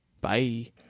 Bye